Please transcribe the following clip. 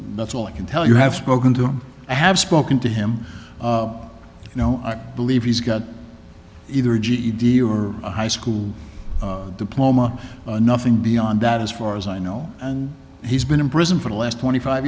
that's all i can tell you have spoken to him i have spoken to him you know i believe he's got either a ged or a high school diploma nothing beyond that as far as i know and he's been in prison for the last twenty five